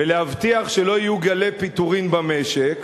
ולהבטיח שלא יהיו גלי פיטורין במשק,